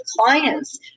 clients